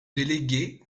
déléguer